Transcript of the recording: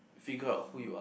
figure out who you are